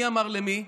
מי אמר למי?